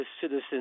citizens